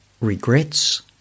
Regrets